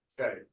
Okay